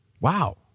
Wow